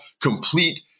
complete